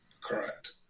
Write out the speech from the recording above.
Correct